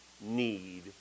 need